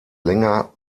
länger